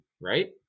right